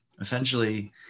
Essentially